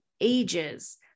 ages